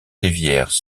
rivières